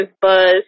buzz